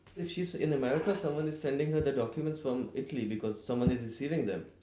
if she's in america someone is sending her the documents from italy because someone is receiving them.